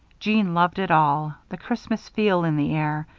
jeanne loved it all the christmas feel in the air,